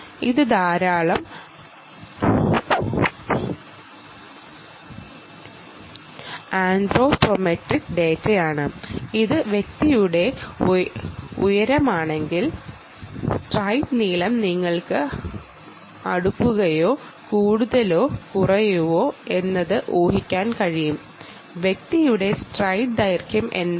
ഇത് ധാരാളം ആന്ത്രോപോമെട്രിക് ഡാറ്റയാണ് ഇത് വ്യക്തിയുടെ ഉയരമാണെങ്കിൽ സ്ട്രൈഡ് നീളം ശെരിയോ കൂടുതലോ കുറവോ എന്ന് ഊഹിക്കാൻ കഴിയും വ്യക്തിയുടെ സ്ട്രൈഡ് ദൈർഘ്യം എന്താണ്